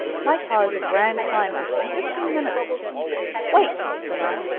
my car is a grand climber. in fifteen minutes wait! said i.